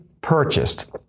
purchased